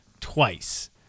twice